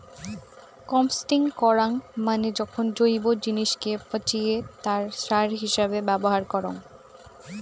composting করাঙ মানে যখন জৈব জিনিসকে পচিয়ে তাকে সার হিছাবে ব্যবহার করঙ